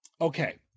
Okay